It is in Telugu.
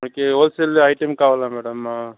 మాకు హోల్ సేల్ ఐటమ్ కావాలి మేడమ్